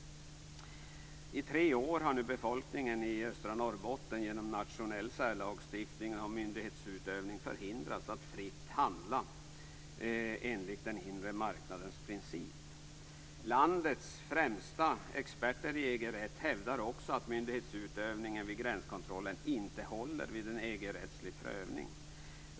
I tre år har nu befolkningen i östra Norrbotten genom nationell särlagstiftning och myndighetsutövning förhindrats att fritt handla enligt den inre marknadens princip. Landets främsta experter i EG-rätt hävdar också att myndighetsutövningen vid gränskontrollen inte håller vid en EG-rättslig prövning.